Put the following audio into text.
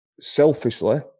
selfishly